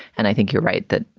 and i think you're right that,